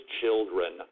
children